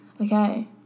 Okay